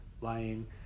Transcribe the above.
lying